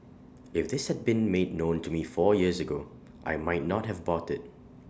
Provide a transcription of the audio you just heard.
if this had been made known to me four years ago I might not have bought IT